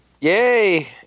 Yay